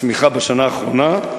הצמיחה בשנה האחרונה,